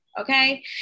Okay